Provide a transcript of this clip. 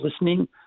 listening